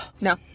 No